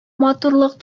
матурлык